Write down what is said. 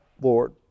Lord